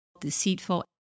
deceitful